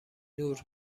نور